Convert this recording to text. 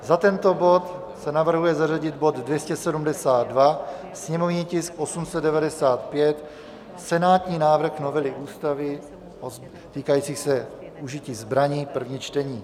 Za tento bod se navrhuje zařadit bod 272, sněmovní tisk 895, senátní návrh novely Ústavy týkající se užití zbraní, první čtení.